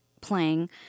playing